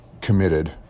committed